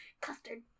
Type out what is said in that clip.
custard